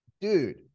dude